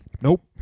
Nope